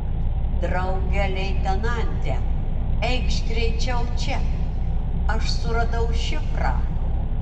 drauge leitenante eikš greičiau čia aš suradau šifrą